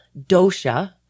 dosha